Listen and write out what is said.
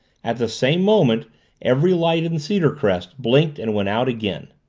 at the same moment every light in cedarcrest blinked and went out again.